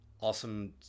awesome